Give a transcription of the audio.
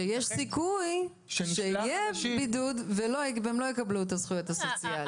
שיש סיכוי שיש בידוד והאזרחים לא יקבלו את הזכויות הסוציאליות.